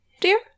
dear